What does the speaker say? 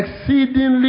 exceedingly